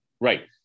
Right